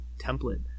template